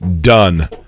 done